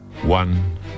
One